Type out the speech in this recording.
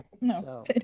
no